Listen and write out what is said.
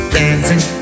dancing